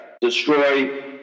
destroy